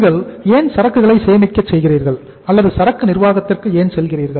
நீங்கள் ஏன் சரக்குகளை சேமிக்க செய்கிறீர்கள் அல்லது சரக்கு நிர்வாகத்திற்கு ஏன் செல்கிறீர்கள்